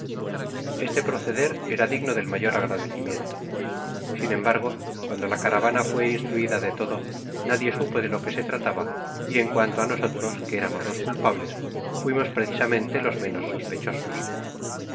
este proceder era digno del mayor agradecimiento sin embargo cuando la caravana fué instruida de todo nadie supo de lo que se trataba y en cuanto á nosotros que éramos los culpables fuimos precisamente los menos sospechosos